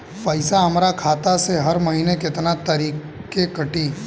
पैसा हमरा खाता से हर महीना केतना तारीक के कटी?